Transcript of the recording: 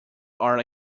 are